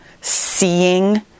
seeing